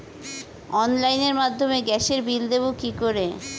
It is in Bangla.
অনলাইনের মাধ্যমে গ্যাসের বিল দেবো কি করে?